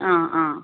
ആ ആ